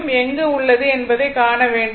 angle எங்கு உள்ளது என்பதை காண வேண்டும்